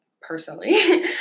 personally